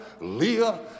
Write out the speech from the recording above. Leah